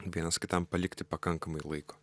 vienas kitam palikti pakankamai laiko